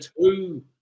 two